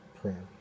prayer